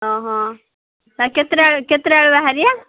ହଁ ହଁ ସାର୍ କେତେଟା ବେଳେ କେତେଟା ବେଳେ ବାହାରିବା